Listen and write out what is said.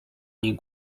nich